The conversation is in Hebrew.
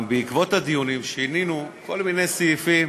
בעקבות הדיונים גם שינינו כל מיני סעיפים